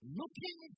looking